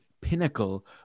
pinnacle